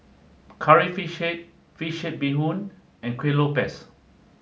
Curry Fish Head Fish Head Bee Hoon and Kueh Lopes